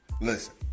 listen